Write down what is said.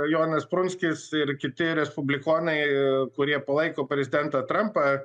jonas prunskis ir kiti respublikonai kurie palaiko prezidentą trampą